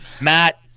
matt